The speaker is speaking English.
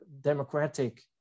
democratic